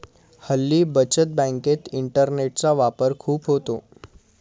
हल्ली बचत बँकेत इंटरनेटचा वापर खूप होतो